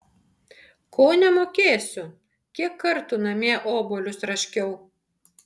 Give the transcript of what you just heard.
ko nemokėsiu kiek kartų namie obuolius raškiau